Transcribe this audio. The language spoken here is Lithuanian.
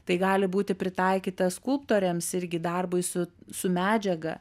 tai gali būti pritaikyta skulptoriams irgi darbui su su medžiaga